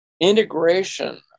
integration